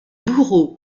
bourreau